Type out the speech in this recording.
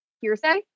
hearsay